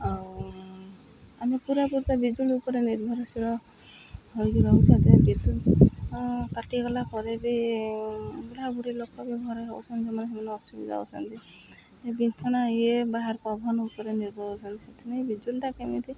ଆଉ ଆମେ ପୁରାପୁରୀ ବିଜୁଳି ଉପରେ ନିର୍ଭରଶୀଳ ହୋଇକି ରହୁଛନ୍ତି ବିଜୁଳି କଟିଗଲା ପରେ ବି ବୁଢ଼ା ବୁଢ଼ୀ ଲୋକ ବି ଘରେ ରହୁଛନ୍ତି ସେମାନେ ସେମାନେ ଅସୁବିଧା ହେଉଛନ୍ତି ବିଛଣା ଇଏ ବାହାର ପବନ ଉପରେ ନିର୍ଭର ହେଉଛନ୍ତି ସେଥିପାଇଁ ବିଜୁଳିଟା କେମିତି